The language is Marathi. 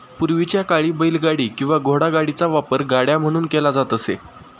पूर्वीच्या काळी बैलगाडी किंवा घोडागाडीचा वापर गाड्या म्हणून केला जात असे